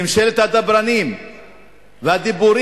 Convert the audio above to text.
ממשלת הדברנים והדיבורים,